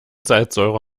salzsäure